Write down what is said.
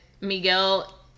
Miguel